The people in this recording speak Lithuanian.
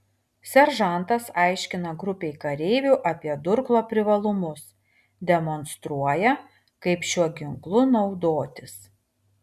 seržantas aiškina grupei kareivių apie durklo privalumus demonstruoja kaip šiuo ginklu naudotis